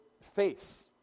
face